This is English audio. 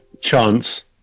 chance